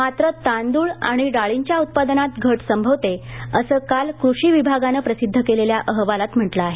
मात्र तांदळ आणि डाळीच्या उत्पादनात घट संभवते असं काल कृषी विभागानं प्रसिद्ध केलेल्या अहवालात म्हटलं आहे